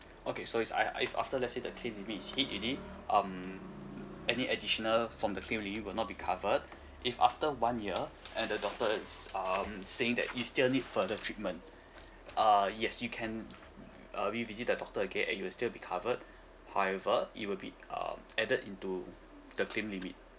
okay so it's ei~ if after let say the claim limit is hit already um any additional from the filling will not be covered if after one year and the doctor um saying that you still need further treatment uh yes you can uh revisit the doctor again and you will still be covered however it will be uh added into the claim limit